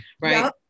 right